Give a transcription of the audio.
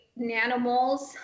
nanomoles